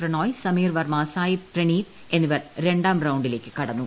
പ്രണോയ് സമീർ വർമ്മ സായി പ്രണീത് എന്നിവർ രണ്ടാം റൌണ്ടിലേക്ക് കടന്നു